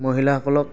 মহিলাসকলক